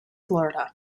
florida